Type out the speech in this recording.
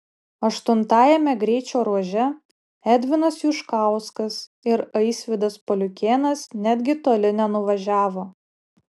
aštuntajame greičio ruože edvinas juškauskas ir aisvydas paliukėnas netgi toli nenuvažiavo